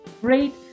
great